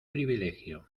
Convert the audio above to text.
privilegio